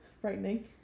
Frightening